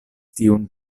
tiun